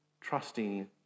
trusting